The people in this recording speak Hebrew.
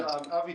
תודה.